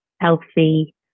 healthy